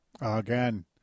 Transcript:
Again